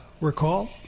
recall